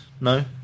no